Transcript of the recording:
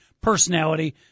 personality